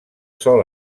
sol